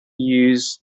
use